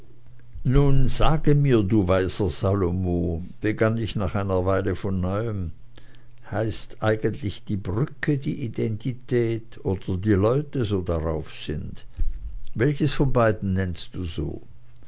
nun sage mir du weiser salomo begann ich nach einer weile von neuem heißt eigentlich die brücke die identität oder die leute so darauf sind welches von beiden nennst du so